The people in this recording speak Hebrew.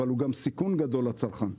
אבל הוא גם סיכון גדול לצרכן.